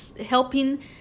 helping